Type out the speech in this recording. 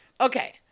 Okay